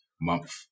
month